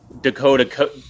Dakota